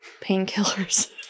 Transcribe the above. painkillers